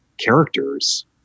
characters